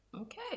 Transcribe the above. Okay